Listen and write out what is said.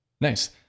Nice